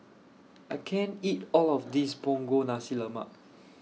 I can't eat All of This Punggol Nasi Lemak